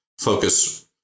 focus